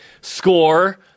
score